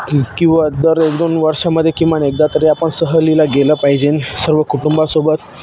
की किंवा दर एक दोन वर्षामध्ये किमान एकदा तरी आपण सहलीला गेलं पाहिजे सर्व कुटुंबासोबत